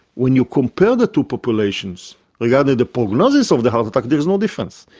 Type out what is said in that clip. when you compare the two populations regarding the prognosis of the heart attack there is no difference?